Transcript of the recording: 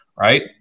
right